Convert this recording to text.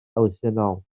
elusennol